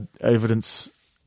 evidence